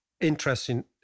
interesting